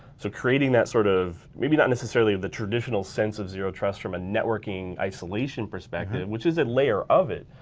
so creating that, sort of, maybe not necessarily in the traditional sense of zero trust from a networking isolation perspective, which is a layer of it.